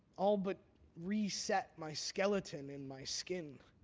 all but reset my skeleton in my skin.